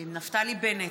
נפתלי בנט,